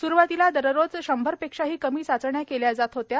सुरुवातीला दररोज शंभर पेक्षाही कमी चाचण्या केल्या जात होत्या